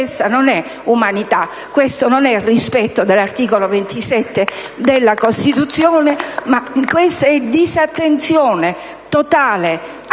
Questa non è una umanità; questo non è rispetto dell'articolo 27 della Costituzione, ma disattenzione totale,